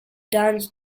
dance